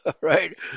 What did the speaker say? right